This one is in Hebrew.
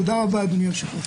תודה רבה, אדוני היושב-ראש.